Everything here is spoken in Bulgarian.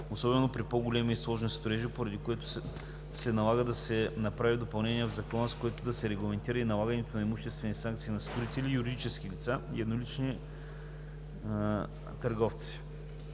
особено при по-големи и сложни строежи, поради което се налага да се направи допълнение в Закона, с което да се регламентира и налагането на имуществена санкция на строители – юридически лица и еднолични търговци.